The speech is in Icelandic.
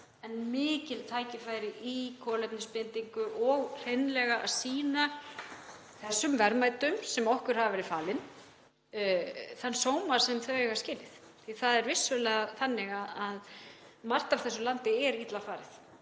eru mikil tækifæri í kolefnisbindingu og hreinlega að sýna þessum verðmætum sem okkur hafa verið falin þann sóma sem þau eiga skilið. Það er vissulega þannig að margt af þessu landi er illa farið